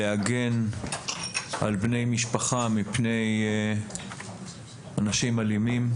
להגן על בני משפחה מפני אנשים אלימים.